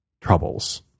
troubles